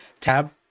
tab